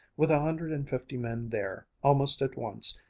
with a hundred and fifty men there, almost at once,